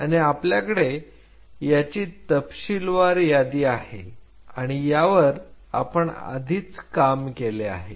आणि आपल्याकडे याची तपशीलवार यादी आहे आणि यावर आपण आधीच काम केले आहे